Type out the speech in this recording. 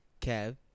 Kev